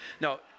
No